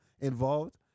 involved